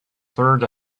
third